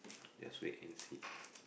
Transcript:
just wait and see